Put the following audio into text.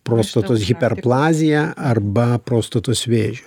prostatos hiperplazija arba prostatos vėžiu